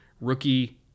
rookie